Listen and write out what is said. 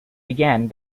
began